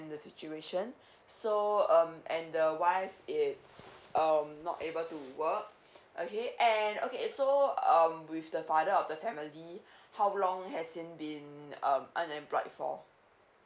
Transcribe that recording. in the situation so um and the wife is um not able to work okay and okay so um with the father of the family how long has he been um unemployed for